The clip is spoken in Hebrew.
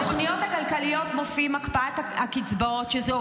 בתוכניות הכלכליות מופיעים הקפאת הקצבאות שהן